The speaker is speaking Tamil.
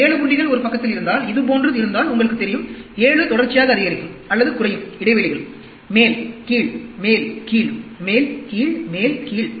7 புள்ளிகள் ஒரு பக்கத்தில் இருந்தால் இதுபோன்று இருந்தால் உங்களுக்குத் தெரியும் 7 தொடர்ச்சியாக அதிகரிக்கும் அல்லது குறையும் இடைவெளிகள் மேல் கீழ் மேல் கீழ் மேல் கீழ் மேல் கீழ்